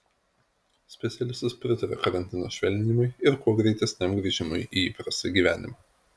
specialistas pritaria karantino švelninimui ir kuo greitesniam grįžimui į įprastą gyvenimą